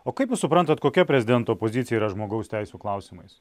o kaip jūs suprantat kokia prezidento pozicija yra žmogaus teisių klausimais